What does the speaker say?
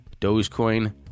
Dogecoin